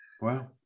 Wow